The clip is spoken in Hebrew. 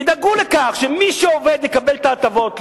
תדאגו לכך שמי שעובד יקבל את ההטבות,